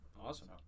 awesome